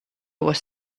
was